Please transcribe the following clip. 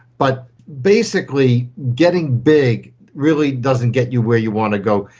but basically getting big really doesn't get you where you want to go.